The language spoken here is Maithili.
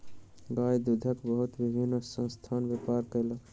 गाय दूधक बहुत विभिन्न संस्थान व्यापार कयलक